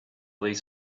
these